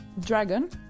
dragon